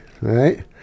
right